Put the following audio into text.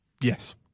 Yes